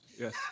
yes